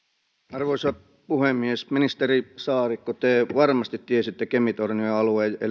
arvoisa puhemies ministeri saarikko te varmasti tiesitte kemi tornio alueen eli